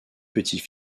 petits